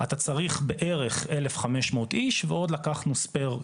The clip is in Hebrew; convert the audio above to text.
אתה צריך בערך אלף חמש מאות איש ועוד לקחנו ספייר,